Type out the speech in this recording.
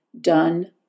done